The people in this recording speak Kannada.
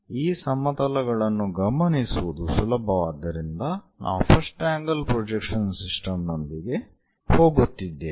ಈ ಸಮತಲಗಳನ್ನು ಗಮನಿಸುವುದು ಸುಲಭವಾದ್ದರಿಂದ ನಾವು ಫಸ್ಟ್ ಆಂಗಲ್ ಪ್ರೊಜೆಕ್ಷನ್ ಸಿಸ್ಟಮ್first angle projection systemನೊಂದಿಗೆ ಹೋಗುತ್ತಿದ್ದೇವೆ